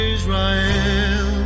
Israel